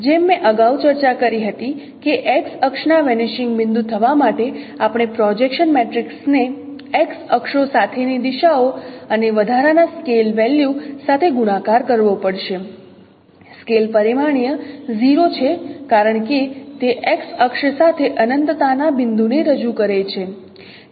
જેમ મેં અગાઉ ચર્ચા કરી હતી કે X અક્ષના વેનીશિંગ બિંદુ થવા માટે આપણે પ્રોજેક્શન મેટ્રિક્સને X અક્ષો સાથેની દિશાઓ અને વધારાના સ્કેલ વેલ્યુ સાથે ગુણાકાર કરવો પડશે સ્કેલ પરિમાણીય 0 છે કારણ કે તે X અક્ષ સાથે અનંતતાના બિંદુ ને રજૂ કરે છે